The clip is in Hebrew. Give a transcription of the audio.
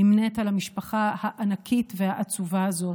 נמנית עם המשפחה הענקית והעצובה הזאת,